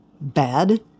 bad